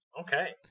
Okay